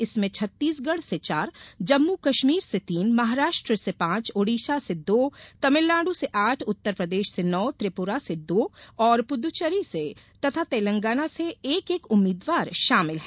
इसमें छत्तीसगढ़ से चार जम्मू कश्मीर से तीन महाराष्ट्र से पांच ओडिशा से दो तमिलनाडु से आठ उत्तर प्रदेश से नौ त्रिपुरा से दो और पुद्दचेरी तथा तेलंगाना से एक एक उम्मीदवार शामिल हैं